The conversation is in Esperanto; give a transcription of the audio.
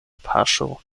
paŝo